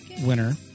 winner